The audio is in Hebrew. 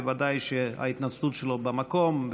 ובוודאי שההתנצלות שלו במקום,